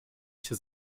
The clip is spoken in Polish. się